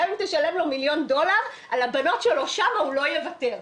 גם אם תשלם לו מיליון דולר על הבנות שלו שם הוא לא יוותר,